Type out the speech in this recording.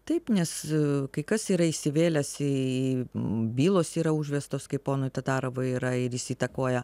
taip nes kai kas yra įsivėlęs į bylos yra užvestos kaip ponui tatarovui yra ir jis įtakoja